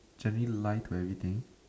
Chen Yi lie to everything